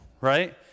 Right